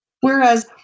Whereas